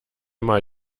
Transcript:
mal